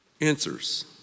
answers